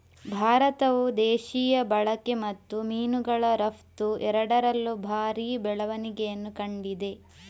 ಭಾರತವು ದೇಶೀಯ ಬಳಕೆ ಮತ್ತು ಮೀನುಗಳ ರಫ್ತು ಎರಡರಲ್ಲೂ ಭಾರಿ ಬೆಳವಣಿಗೆಯನ್ನು ಕಂಡಿದೆ